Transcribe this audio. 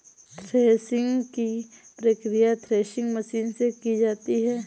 threshing की प्रकिया threshing machine से की जाती है